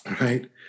right